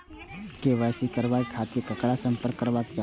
KYC कराबे के खातिर ककरा से संपर्क करबाक चाही?